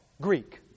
Greek